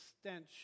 stench